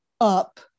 up